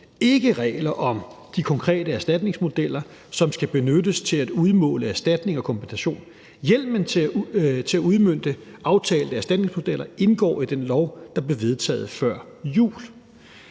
ikke regler om de konkrete erstatningsmodeller, som skal benyttes til at udmåle erstatning og kompensation. Hjemmelen til at udmønte aftalte erstatningsmodeller indgår i den lov, der blev vedtaget før jul.